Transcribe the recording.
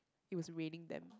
it was raining damn